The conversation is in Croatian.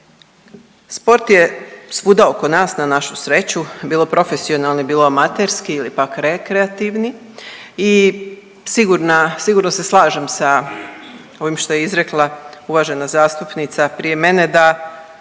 Sport je svuda oko nas na našu sreću, bilo profesionalni, bilo amaterski ili pak rekreativni i sigurno se slažem sa ovim što je izrekla uvažena zastupnica prije mene da